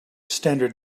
standard